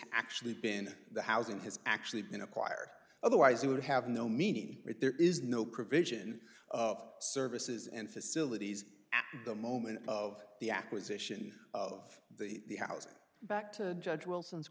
actually been the housing has actually been acquired otherwise you would have no meaning if there is no provision of services and facilities at the moment of the acquisition of the house back to judge wilson's